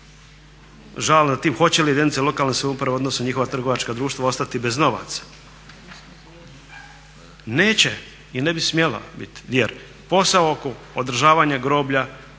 razumije./… hoće li jedinice lokalne samouprave u odnosu na njihova trgovačka društva ostati bez novaca. Neće i ne bi smjela bit, jer posao oko održavanja groblja,